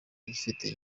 agifite